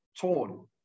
torn